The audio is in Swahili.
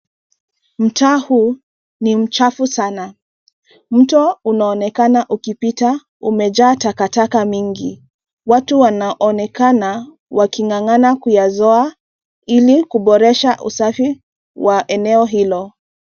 Mtaa huu ni mchafu sana. Mto unaonekana ukipita umejaa takataka mingi. Watu wanaonekana waking'ang'ana kuyazoa ili kuboresha usafi wa eneo hilo.